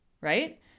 right